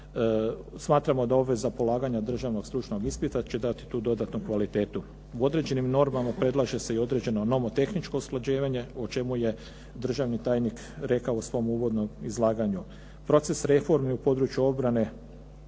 Smatramo da obveza polaganja Državnog stručnog ispita će dati tu dodatnu kvalitetu. U određenim normama predlaže se i određeno nomotehničko usklađivanje o čemu je državni tajnik rekao u svom uvodnom izlaganju. Proces reforme u području obrane